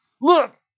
look